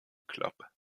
club